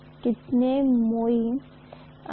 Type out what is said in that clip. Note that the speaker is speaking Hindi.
और I 1 है और R भी 1 है इसलिए मैं इसे लिखने में सक्षम हूँ